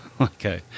Okay